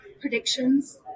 predictions